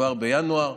כבר בינואר,